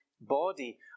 body